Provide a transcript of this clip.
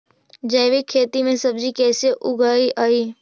जैविक खेती में सब्जी कैसे उगइअई?